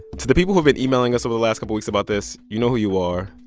to the people who've been emailing us over the last couple weeks about this, you know who you are.